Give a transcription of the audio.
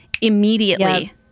immediately